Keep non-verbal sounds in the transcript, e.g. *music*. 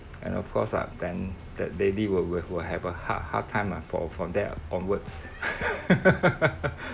and of course ah then that lady will will will have a hard hard time ah from from there onwards *laughs*